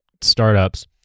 startups